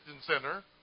Center